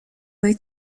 های